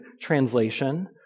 translation